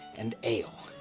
and ale.